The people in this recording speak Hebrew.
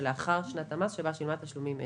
שלאחר שנת המס שבה שילמה תשלומים אלה.